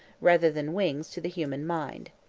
rather than wings, to the human mind.